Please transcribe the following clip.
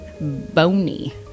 bony